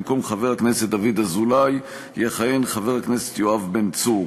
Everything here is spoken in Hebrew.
במקום חבר הכנסת דוד אזולאי יכהן חבר הכנסת יואב בן צור.